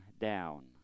down